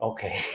Okay